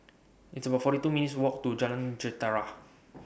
It's about forty two minutes' Walk to Jalan Jentera